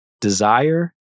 Desire